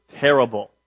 terrible